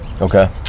Okay